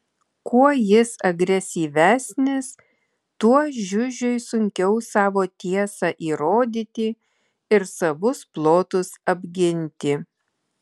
kuo jis agresyvesnis tuo žiužiui sunkiau savo tiesą įrodyti ir savus plotus apginti